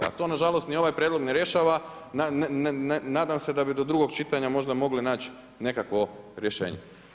A to nažalost ni ovaj prijedlog ne rješava, nadam se da bi do drugog čitanja možda mogli naći nekakvo rješenje.